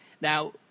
Now